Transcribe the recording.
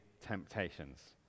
temptations